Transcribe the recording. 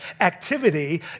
activity